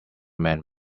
man